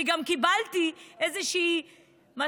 אני גם קיבלתי איזושהי הדלפה,